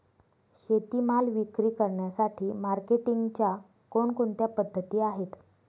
शेतीमाल विक्री करण्यासाठी मार्केटिंगच्या कोणकोणत्या पद्धती आहेत?